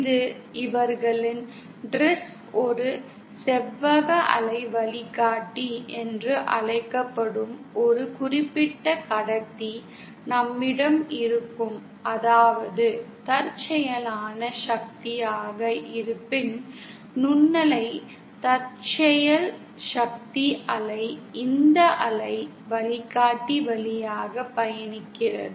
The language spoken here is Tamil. இது அவர்களின் டிரஸ் ஒரு செவ்வக அலை வழிகாட்டி என்று அழைக்கப்படும் ஒரு குறிப்பிட்ட கடத்தி நம்மிடம் இருக்கும் அதாவது தற்செயலான சக்தியாக இருப்பின் நுண்ணலை தற்செயல் சக்தி அலை இந்த அலை வழிகாட்டி வழியாக பயணிக்கிறது